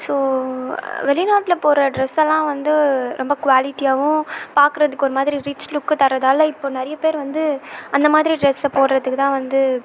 so வெளிநாட்டில் போடுகிற ட்ரெஸ்ஸல்லாம் வந்து ரொம்ப குவாலிட்டியாகவும் பார்க்குறதுக்கு ஒரு மாதிரி ரிச் லுக்கு தர்றதால இப்போ நிறைய பேர் வந்து அந்த மாதிரி ட்ரெஸ்ஸை போடுகிறதுக்கு தான் வந்து